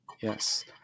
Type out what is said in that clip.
yes